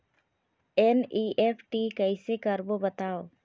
NEFT कैसे करबो बताव?